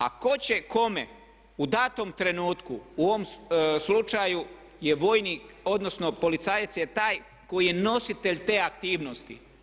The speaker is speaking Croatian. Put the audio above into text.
A tko će kome u datom trenutku u ovom slučaju je vojnik, odnosno policajac je taj koji je nositelj te aktivnosti.